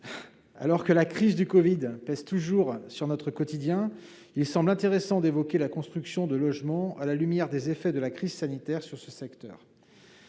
Alors que la crise du covid pèse toujours sur notre quotidien, il semble intéressant d'évoquer la construction de logements à la lumière des effets de la crise sanitaire sur ce secteur.